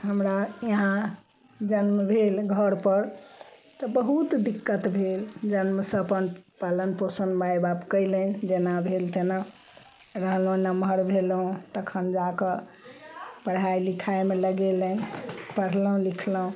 हमरा इहा जन्म भेल घरपर तऽ बहुत दिक्कत भेल जन्मसँ अपन पालन पोषण माय बाप कयलय जेना भेल तेना रहलहुँ नमहर भेलहुँ तखन जाकऽ पढ़ाइ लिखाइमे लगेलनि पढ़लहुँ लिखलहुँ